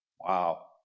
Wow